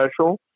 special